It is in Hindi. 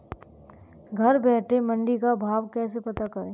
घर बैठे मंडी का भाव कैसे पता करें?